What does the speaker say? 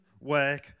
work